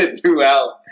throughout